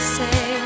say